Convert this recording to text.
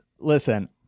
Listen